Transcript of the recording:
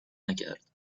نکرد